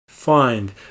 find